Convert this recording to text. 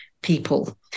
people